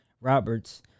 Roberts